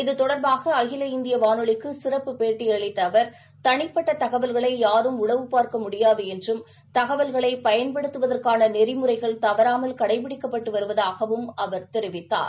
இது தொடர்பாக அகில இந்திய வானொலிக்கு சிறப்பு பேட்டி அளித்த அவர் தனிப்பட்ட தகவல்களை யாரும் உளவு பார்க்கமுடியாது என்றும் தகவல்களைப் பயன்படுத்துவதற்கான நெறிமுறைகள் தவறாமல் கடைபிடிக்கப்பட்டு வருவதாகவும் அவர் தெரிவித்தார்